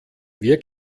wir